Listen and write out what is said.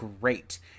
great